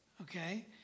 Okay